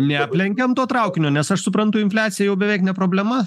neaplenkėm to traukinio nes aš suprantu infliacija jau beveik ne problema